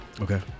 Okay